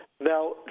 Now